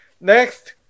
Next